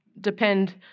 depend